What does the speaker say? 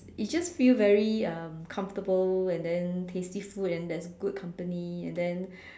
it just feel very um comfortable and then tasty food and there's good company and then